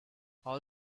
all